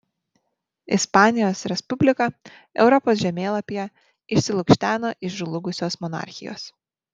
ispanijos respublika europos žemėlapyje išsilukšteno iš žlugusios monarchijos